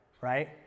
right